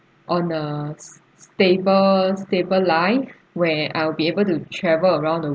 on a s~ stable stable life where I'll be able to travel around the